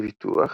בביטוח,